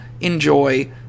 enjoy